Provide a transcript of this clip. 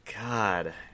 God